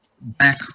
back